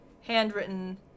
handwritten